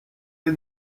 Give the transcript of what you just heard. lès